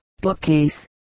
bookcase